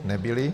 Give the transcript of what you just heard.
Nebyly.